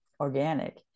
Organic